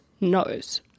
knows